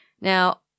Now